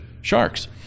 sharks